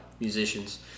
musicians